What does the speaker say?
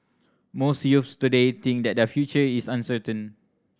most youths today think that their future is uncertain